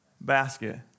basket